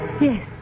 Yes